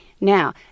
now